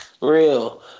Real